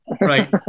Right